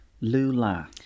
lula